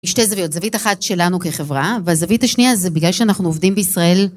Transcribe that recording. יש שתי זוויות, זווית אחת שלנו כחברה, והזווית השנייה זה בגלל שאנחנו עובדים בישראל.